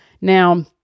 Now